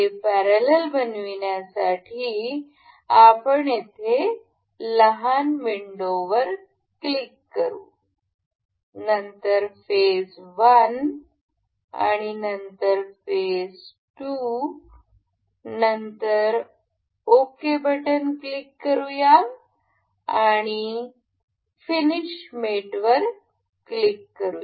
हे पॅरलल बनविण्यासाठी आपण येथे लहान विंडो वर क्लिक करू नंतर फेज 1 आणि नंतर फेज 2 नंतर ओके बटन क्लिक करूया आणि फिनिश मेटवर क्लिक करू